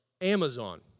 Amazon